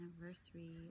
anniversary